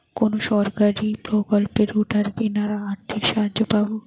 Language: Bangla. কোন সরকারী প্রকল্পে রোটার কেনার আর্থিক সাহায্য পাব?